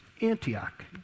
Antioch